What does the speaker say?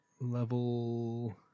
level